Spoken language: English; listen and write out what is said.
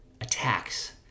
attacks